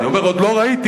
אני אומר שעוד לא ראיתי.